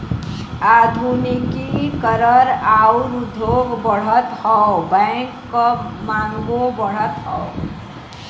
आधुनिकी करण आउर उद्योग बढ़त हौ बैंक क मांगो बढ़त हौ